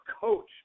coach